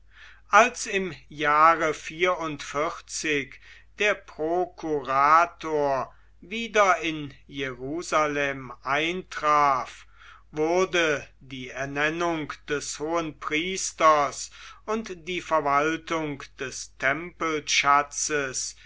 als im jahre der prokurator wieder in jerusalem eintraf wurde die ernennung des hohenpriesters und die verwaltung des